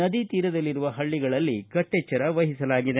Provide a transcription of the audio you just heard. ನದಿ ತೀರದಲ್ಲಿರುವ ಹಳ್ಳಿಗಳಲ್ಲಿ ಕಟ್ಟೆಚ್ಚರವಹಿಸಲಾಗಿದೆ